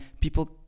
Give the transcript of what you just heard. people